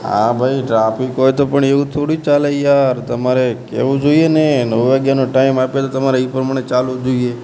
હા એ ટ્રાફિક હોય તો પણ એવું થોડી ચાલે યાર તમારે કહેવું જોઇએ ને નવ વાગ્યાનો ટાઇમ આપ્યો તો તમારે એ પ્રમાણે ચાલવું જોઇએ